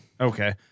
Okay